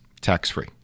tax-free